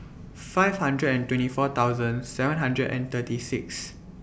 five hundred and twenty four thousand seven hundred and thirty six